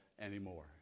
anymore